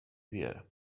بیارم